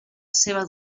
seua